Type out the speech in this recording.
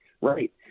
right